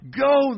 go